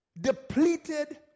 depleted